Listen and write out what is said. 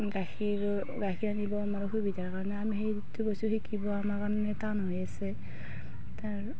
গাখীৰৰ গাখীৰ আনিবৰ আমাৰ অসুবিধাৰ কাৰণে আমি সেইটো বস্তু শিকিব আমাৰ কাৰণে টান হৈ আছে তাৰো